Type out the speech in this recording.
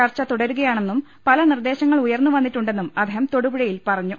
ചർച്ച തുടരു കയാണെന്നും പല നിർദേശങ്ങൾ ഉയർന്നു വന്നിട്ടുണ്ടെന്നും അദ്ദേഹം തൊടുപുഴയിൽ പറഞ്ഞു